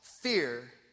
fear